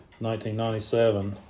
1997